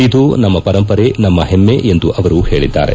ಇದು ನಮ್ಮ ಪರಂಪರೆ ನಮ್ಮ ಹೆಮ್ಮೆ ಎಂದು ಅವರು ಹೇಳಿದ್ದಾರೆ